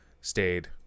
stayed